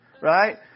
right